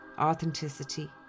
authenticity